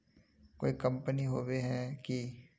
कोई कंपनी होबे है की?